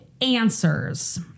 answers